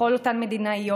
לכל אותן מדינאיות,